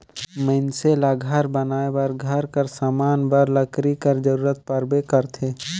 मइनसे ल घर बनाए बर, घर कर समान बर लकरी कर जरूरत परबे करथे